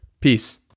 Peace